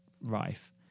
rife